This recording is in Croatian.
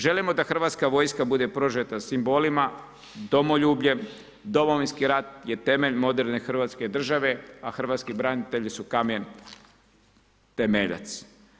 Želimo da Hrvatska vojska bude prožeta simbolima, domoljubljem, Domovinski rat je temelj moderne Hrvatske države, a hrvatski branitelji su kamen temeljac.